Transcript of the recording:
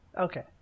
Okay